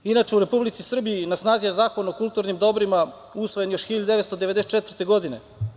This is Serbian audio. Inače, u Republici Srbiji na snazi je Zakon o kulturnim dobrima, usvojen još 1994. godine.